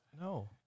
No